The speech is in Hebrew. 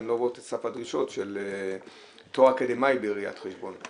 הן לא עוברות את סף הדרישות של תואר אקדמי בראיית חשבון.